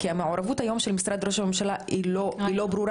כי המעורבות היום של משרד ראש הממשלה היא לא ברורה,